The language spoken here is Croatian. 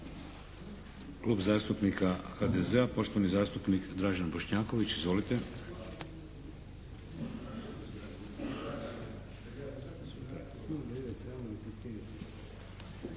Klub zastupnik HDZ-a, poštovani zastupnik Dražen Bošnjaković. Izvolite.